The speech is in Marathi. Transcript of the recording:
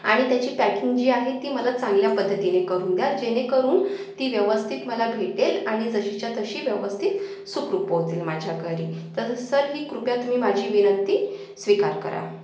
आणि त्याची पॅकिंग जी आहे ती मला चांगल्या पद्धतीने करून द्या जेणेकरून ती व्यवस्थित मला भेटेल आणि जशीच्या तशी व्यवस्थित सुखरूप पोहोचेल माझ्या घरी तर सर ही कृपया तुम्ही माझी विनंती स्वीकार करा